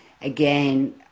again